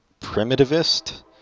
primitivist